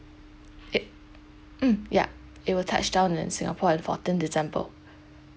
it mm ya it will touch down in singapore at fourteen december